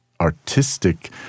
artistic